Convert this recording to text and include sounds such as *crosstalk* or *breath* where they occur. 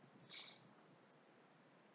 *breath*